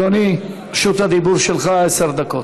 ואני, אדוני, רשות הדיבור שלך, עשר דקות.